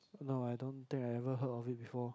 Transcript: no I don't think I ever heard of it before